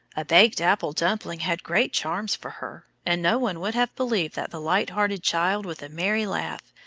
a baked apple dumpling had great charms for her, and no one would have believed that the light-hearted child with the merry laugh,